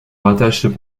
rattachent